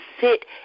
sit